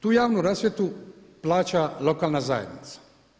Tu javnu rasvjetu plaća lokalna zajednica.